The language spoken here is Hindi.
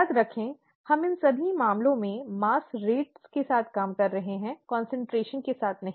याद रखें हम इन सभी मामलों में मास दरों के साथ काम कर रहे हैं सांद्रता नहीं